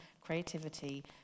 creativity